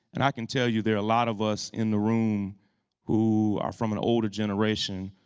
and i can tell you, there are a lot of us in the room who are from an older generation.